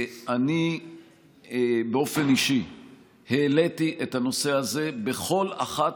אני באופן אישי העליתי את הנושא הזה בכל אחת